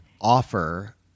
offer